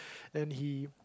then he